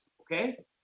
okay